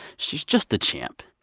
she's just a champ.